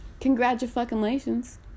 Congratulations